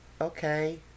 okay